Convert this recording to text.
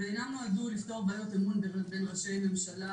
ולא נועד לפתור בעיות אמון בין ראשי ממשלה,